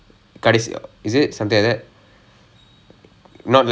ah ah basically ah அந்த மாதிரி வச்சுக்கோயே:antha maathiri vachukkoye